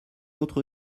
autre